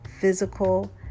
physical